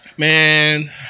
Man